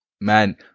Man